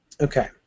Okay